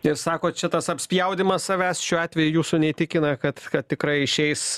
ir sakot čia tas apspjaudymas savęs šiuo atveju jūsų neįtikina kad kad tikrai išeis